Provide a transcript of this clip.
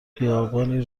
خیابانی